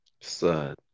sad